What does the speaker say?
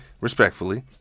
respectfully